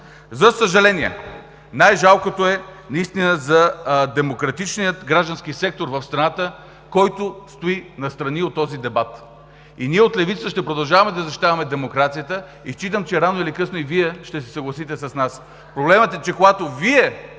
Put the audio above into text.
За съжаление, най-жалкото е наистина за демократичния граждански сектор в страната, който стои настрани от този дебат. Ние от левицата ще продължаваме да защитаваме демокрацията и считам, че рано или късно и Вие ще се съгласите с нас. Проблемът е, че когато Вие